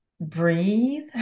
breathe